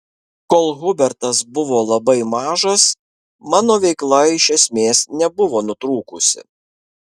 kol hubertas buvo labai mažas mano veikla iš esmės nebuvo nutrūkusi